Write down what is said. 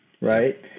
right